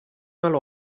mal